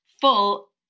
full